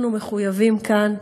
אנחנו מחויבים כאן,